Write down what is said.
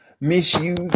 misuse